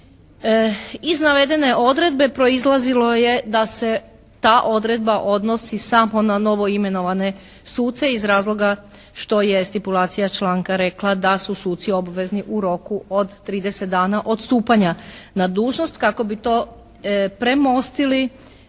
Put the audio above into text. Iz navedene odredbe proizlazilo je da se ta odredba odnosi samo na novoimenovane suce iz razloga što je stipulacija članka rekla da su suci obvezni u roku od 30 dana od stupanja na dužnost kako bi to premostili,